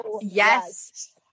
yes